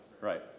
right